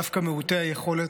דווקא מעוטי היכולת,